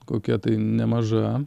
kokia tai nemaža